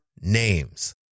Names